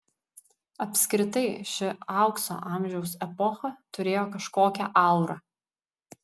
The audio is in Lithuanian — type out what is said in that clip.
apskritai ši aukso amžiaus epocha turėjo kažkokią aurą